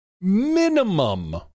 minimum